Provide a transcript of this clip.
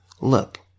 Look